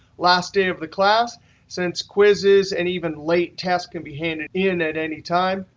last day of the class since quizzes and even late tests can be handed in at any time,